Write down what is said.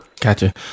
Gotcha